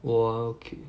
我 okay